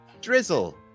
Drizzle